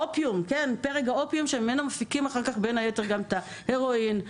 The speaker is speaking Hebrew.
פרג האופיום שממנו מפיקים בין היתר גם את ההרואין,